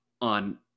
on